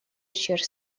ущерб